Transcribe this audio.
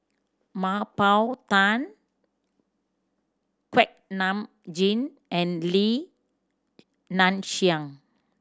Mah Bow Tan Kuak Nam Jin and Li Nanxing